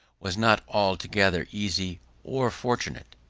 was not altogether easy or fortunate.